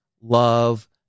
love